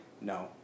No